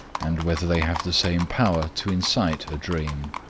and whether they have the same power to incite a dream.